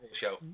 show